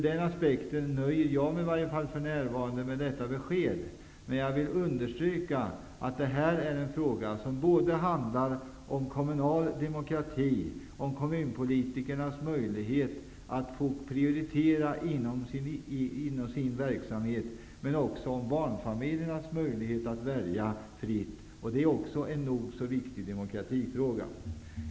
Därför nöjer jag mig för närvarande med detta besked, men jag vill understryka att det här är en fråga som handlar såväl om kommunal demokrati och kommunpolitikernas möjligheter att få prioritera inom sin verksamhet som om barnfamiljernas möjligheter att välja fritt. Det är en nog så viktig demokratifråga.